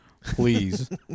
please